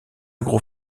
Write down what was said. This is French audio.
agro